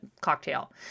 cocktail